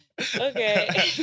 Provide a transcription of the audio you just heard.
Okay